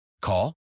Call